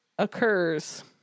occurs